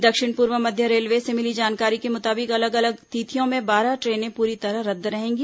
दक्षिण पूर्व मध्य रेलवे से मिली जानकारी के मुताबिक अलग अलग तिथियों में बारह ट्रेनें पूरी तरह रद्द रहेंगी